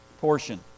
portion